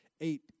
eight